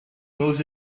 knows